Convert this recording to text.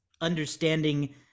understanding